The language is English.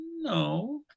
No